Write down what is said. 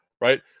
right